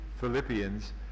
Philippians